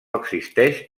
existeix